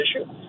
issue